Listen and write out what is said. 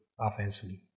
offensively